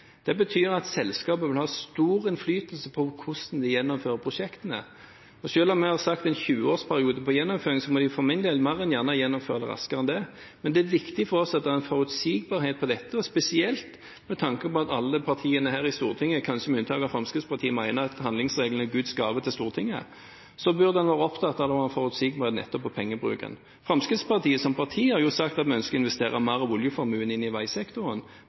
Det betyr at selskapet vil ha stor innflytelse på hvordan de gjennomfører prosjektene. Selv om vi har sagt at det er en 20-årsperiode på gjennomføringen, må de for min del mer enn gjerne gjennomføre det raskere enn det. Men det er viktig for oss at det er en forutsigbarhet her, og spesielt med tanke på at alle partiene her i Stortinget, kanskje med unntak av Fremskrittspartiet, mener at handlingsregelen er Guds gave til Stortinget, burde man være opptatt av forutsigbarhet nettopp når det gjelder pengebruken. Fremskrittspartiet som parti har sagt at man ønsker å investere mer av oljeformuen i veisektoren,